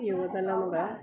യുവതലമുറ